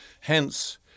Hence